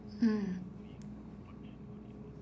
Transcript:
mm